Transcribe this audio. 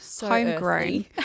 homegrown